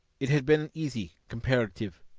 it had been easy, comparative.